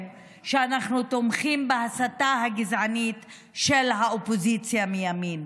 שאנחנו תומכים בהסתה הגזענית של האופוזיציה מימין.